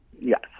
Yes